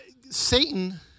Satan